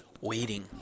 Waiting